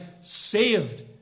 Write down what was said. saved